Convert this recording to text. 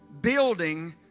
building